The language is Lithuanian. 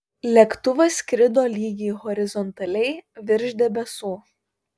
lėktuvas skrido lygiai horizontaliai virš debesų